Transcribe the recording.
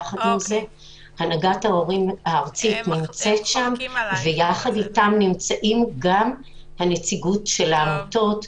יחד אתם נמצאים גם הנציגות של העמותות,